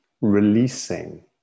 releasing